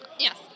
Yes